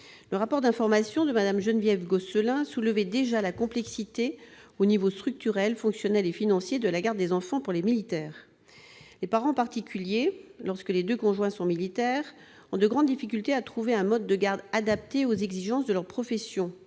Le rapport d'information de Mme Geneviève Gosselin-Fleury soulevait déjà la complexité, sur les plans structurel, fonctionnel et financier, de la garde des enfants pour les militaires. Les parents, en particulier lorsque les deux conjoints sont militaires, ont de grandes difficultés à trouver un mode de garde adapté aux exigences de leur profession.